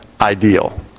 ideal